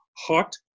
hot